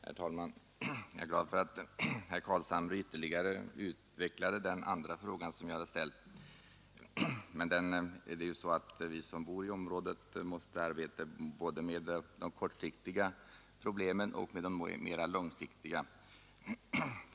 Herr talman! Jag är glad över att herr Carlshamre ytterligare utvecklade den andra fråga jag hade ställt. Vi som bor i området måste arbeta både med de kortsiktiga problemen och med de mera långsiktiga.